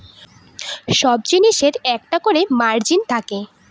সব জিনিসের একটা করে মার্জিন থাকে